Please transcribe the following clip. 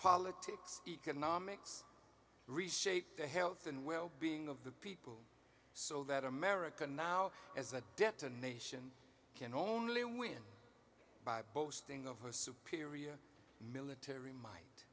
politics economics reshape the health and well being of the people so that america now as a debtor nation can only win by boasting of a superior military might